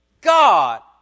God